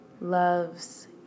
loves